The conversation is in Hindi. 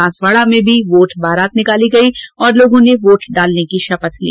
बांसवाड़ा में भी वोट बारात निकाली गई और लोगों ने वोट डालने की शपथ ली